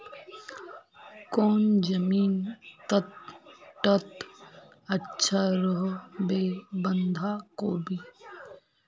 कौन जमीन टत अच्छा रोहबे बंधाकोबी?